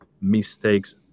mistakes